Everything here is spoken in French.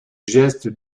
gestes